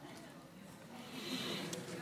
בבקשה, גברתי, אדוני